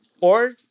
Or-